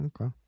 Okay